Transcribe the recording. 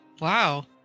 Wow